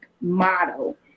model